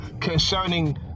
concerning